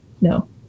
No